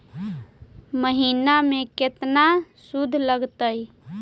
महिना में केतना शुद्ध लगतै?